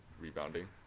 rebounding